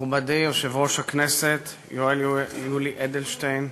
מכובדי יושב-ראש הכנסת יואל יולי אדלשטיין,